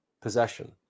possession